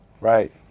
Right